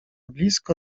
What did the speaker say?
blisko